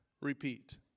Repeat